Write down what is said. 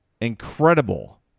incredible